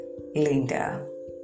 Linda